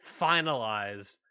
finalized